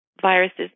viruses